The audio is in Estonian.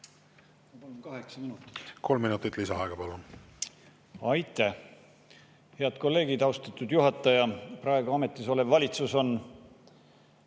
Kolm minutit lisaaega, palun! Aitäh! Head kolleegid! Austatud juhataja! Praegu ametis olev valitsus on